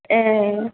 ए